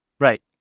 right